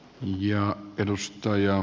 arvoisa puhemies